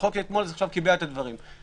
החוק אתמול קיבע את הדברים.